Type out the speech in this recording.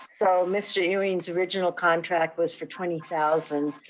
so mr. ewing's original contract was for twenty thousand.